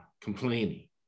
complaining